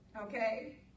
okay